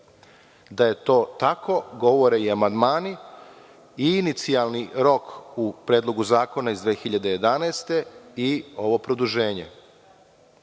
Da je to tako, govore i amandmani i inicijalni rok u Predlogu zakona iz 2011. godine i ovo produženje. Ko